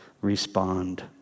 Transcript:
Respond